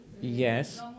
Yes